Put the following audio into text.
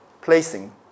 placing